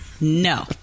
no